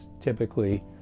typically